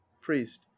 Priest